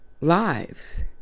lives